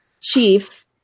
Chief